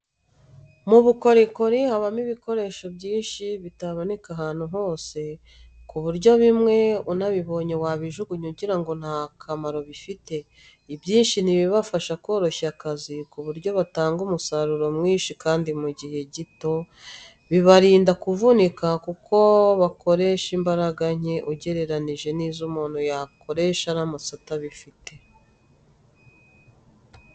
Mu bukorikori habamo ibikoresho byinshi bitaboneka ahantu hose, ku buryo bimwe unabibonye wabijugunya ugira ngo nta kamaro bifite. Ibyishi ni ibibafasha koroshya akazi ku buryo batanga umusaruro mwinshi kandi mu gihe gito, Bikabarinda kuvunika kuko bakoresha imbaraga nke ugereranije n'izo umuntu yakoresha aramutse atabifite.